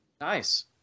Nice